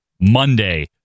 Monday